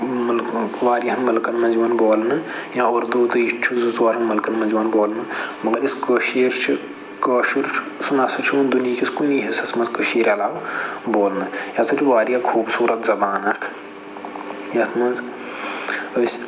مُلک واریاہَن مُلکَن مَنٛز یِوان بولنہٕ یا اردو تہٕ یہِ تہِ چھُ زٕ ژور مُلکَن مَنٛز یِوان بولنہٕ مگر یُس کٲشِر چھِ کٲشُر چھُ سُہ نہ سا چھُنہٕ دُنہیٖکِس کُنی حِصَس مَنٛز کٔشیٖرِ عَلاوٕ بولنہٕ یہِ ہَسا چھُ واریاہ خوبصورت زبان اکھ یتھ مَنٛز أسۍ